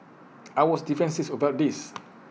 I was defensive about this